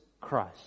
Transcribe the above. Christ